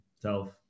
self